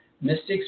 Mystics